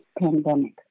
pandemic